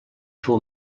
fou